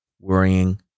worrying